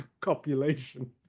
copulation